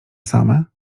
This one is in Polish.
same